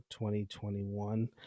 2021